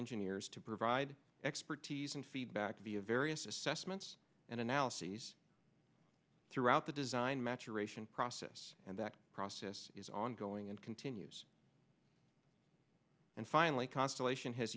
engineers to provide expertise and feedback to be a various assessments and analyses throughout the design maturation process and that process is ongoing and continues and finally constellation has